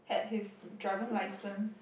had his driving license